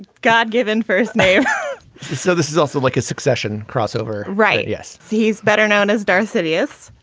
god given first name so this is also like a succession crossover, right? yes. he's better known as darth sidious.